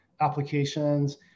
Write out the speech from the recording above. applications